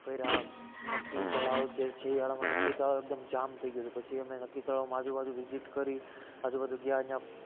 ફર્યા નક્કી તળાવ જે શિયાળામાં નક્કી તળાવ એકદમ જામ થઈ ગયું પછી અમે નક્કી તળાવમાં આજુબાજુ વિઝિટ કરી આજુબાજુ ગયા એના